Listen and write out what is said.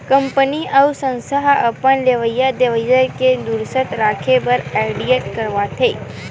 company अउ संस्था ह अपन लेवई देवई ल दुरूस्त राखे बर आडिट करवाथे